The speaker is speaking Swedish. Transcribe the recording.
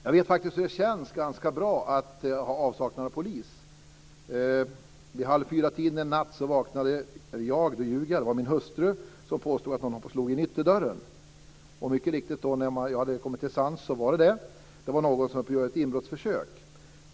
Jag vet ganska väl hur det känns med avsaknad av polis. Vi halvfyratiden en natt vaknade min hustru som påstod att någon höll på att slå in ytterdörren. När jag kommit till sans såg jag att det mycket riktigt var det. Det var någon som gjorde ett inbrottsförsök.